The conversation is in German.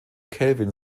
kelvin